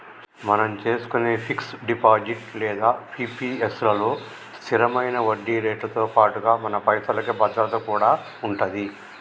మనం చేసుకునే fix deposit లేదా పి.పి.ఎస్ లలో స్థిరమైన వడ్డీరేట్లతో పాటుగా మన పైసలకి భద్రత కూడా ఉంటది